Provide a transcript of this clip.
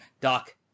Doc